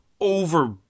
over